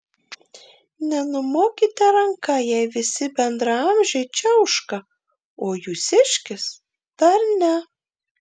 nenumokite ranka jei visi bendraamžiai čiauška o jūsiškis dar ne